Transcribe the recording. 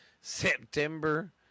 September